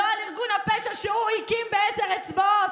לא על ארגון הפשע שהוא הקים בעשר אצבעות,